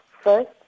first